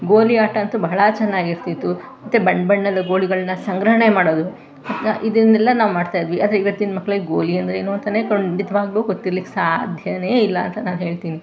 ಗೋಲಿ ಆಟ ಅಂತೂ ಬಹಳ ಚೆನ್ನಾಗಿರ್ತಿತ್ತು ಮತ್ತು ಬಣ್ಣ ಬಣ್ಣದ ಗೋಲಿಗಳನ್ನು ಸಂಗ್ರಹಣೆ ಮಾಡೋದು ಆಗ ಇದನ್ನೆಲ್ಲ ನಾವು ಮಾಡ್ತಾಯಿದ್ವಿ ಆದರೆ ಇವತ್ತಿನ ಮಕ್ಳಿಗೆ ಗೋಲಿ ಅಂದರೇನು ಅಂತಲೇ ಖಂಡಿತವಾಗಲೂ ಗೊತ್ತಿರ್ಲಿಕ್ಕೆ ಸಾಧ್ಯವೇ ಇಲ್ಲ ಅಂತ ನಾನು ಹೇಳ್ತೀನಿ